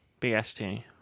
BST